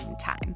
time